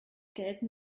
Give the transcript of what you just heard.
gelten